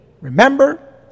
Remember